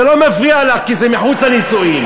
זה לא מפריע לך, כי זה מחוץ לנישואים.